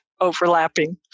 overlapping